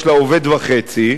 יש לה עובד וחצי,